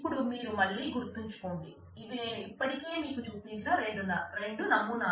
ఇప్పుడు మీరు మళ్ళీ గుర్తుంచుకోండి ఇవి నేను ఇప్పటికే మీకు చూపించిన రెండు నమూనాలు